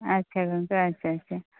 ᱟᱪᱪᱷᱟ ᱜᱚᱝᱠᱮ ᱟᱪᱪᱷᱟ ᱟᱪᱪᱷᱟ